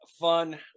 fun